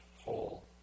whole